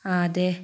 ആ അതെ